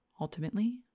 Ultimately